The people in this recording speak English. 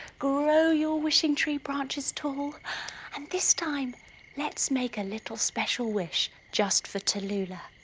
grow your wishing tree branches tall and this time lets make a little special wish just for tallulah!